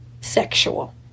sexual